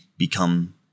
become